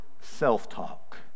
self-talk